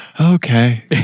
Okay